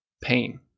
pain